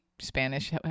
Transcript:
Spanish